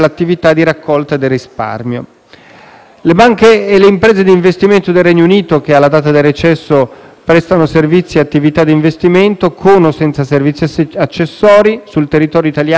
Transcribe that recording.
Le banche e le imprese di investimento del Regno Unito che alla data del recesso prestano servizi e attività di investimento, con o senza servizi accessori, sul territorio italiano in regime di libera prestazione di servizi,